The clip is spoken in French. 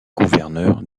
gouverneur